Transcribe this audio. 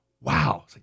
wow